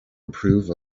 approve